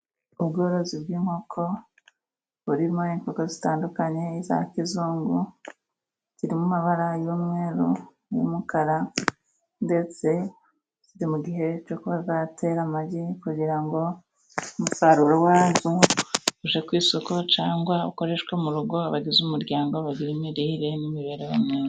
ubworozi bw'inkoko burimo imboga zitandukanye za kizungu zirimo amabara y'umweru n'umukara ndetse ziri mu gihe cyo kuba zatera amagi kugira ngo umusaruro wazo ujye ku isoko cyangwa ukoreshwe mu rugo abagize umuryango bagire imirire n'imibereho myiza.